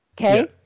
okay